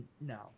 No